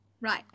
Right